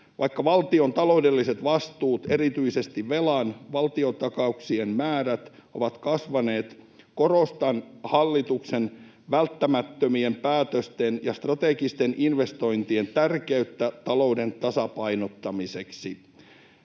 Vaikka valtion taloudelliset vastuut, erityisesti velan valtiontakauksien määrät, ovat kasvaneet, korostan hallituksen välttämättömien päätösten ja strategisten investointien tärkeyttä talouden tasapainottamiseksi.